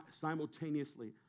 simultaneously